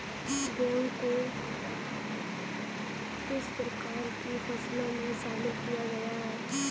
गेहूँ को किस प्रकार की फसलों में शामिल किया गया है?